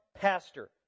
pastor